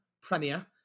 premiere